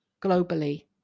globally